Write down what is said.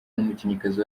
n’umukinnyikazi